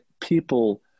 people –